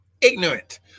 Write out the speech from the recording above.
Ignorant